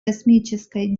космической